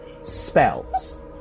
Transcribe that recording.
spells